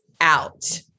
out